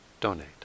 donate